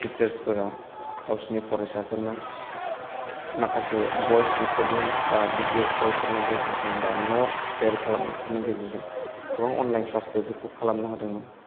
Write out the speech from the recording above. teachers फोरा गावसिनि फरायसाफोरनो माखासे भयस रेकरदिंस बा भिदिव कल फोरनि गेजेरजों बा नत्स शेयार खालामनायफोरनि गेजेरजों गोबां अनलाइन क्लास बेफोरखौ खालामनो हादोंमोन